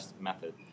method